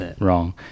wrong